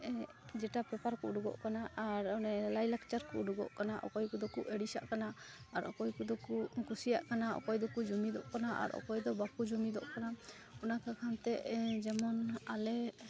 ᱡᱮᱴᱟ ᱯᱮᱯᱟᱨᱠᱚ ᱚᱰᱳᱜᱚᱜ ᱠᱟᱱᱟ ᱟᱨ ᱚᱱᱮ ᱞᱟᱭᱼᱞᱟᱠᱪᱟᱨᱠᱚ ᱚᱰᱳᱜᱚᱜ ᱠᱟᱱᱟ ᱚᱠᱚᱭ ᱠᱚᱫᱚ ᱠᱚ ᱟᱹᱲᱤᱥᱟᱜ ᱠᱟᱱᱟ ᱚᱠᱚᱭ ᱠᱚᱫᱚᱠᱚ ᱠᱩᱥᱤᱭᱟᱜ ᱠᱟᱱᱟ ᱚᱠᱚᱭᱫᱚᱠᱚ ᱡᱩᱢᱤᱫᱚᱜ ᱠᱟᱱᱟ ᱟᱨ ᱚᱠᱚᱭᱫᱚᱠᱚ ᱚᱠᱚᱭᱫᱚ ᱵᱟᱠᱚ ᱡᱩᱢᱤᱫᱚᱜ ᱠᱟᱱᱟ ᱚᱱᱟ ᱠᱟᱠᱷᱚᱱᱛᱮ ᱡᱮᱢᱚᱱ ᱟᱞᱮ